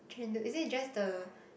Chendol is it just the